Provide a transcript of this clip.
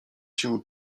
się